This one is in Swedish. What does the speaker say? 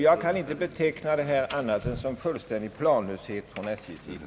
Jag kan inte beteckna det här annat än som fullständig planlöshet från SJ:s sida.